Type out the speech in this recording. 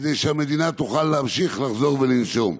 כדי שהמדינה תוכל להמשיך לחזור ולנשום.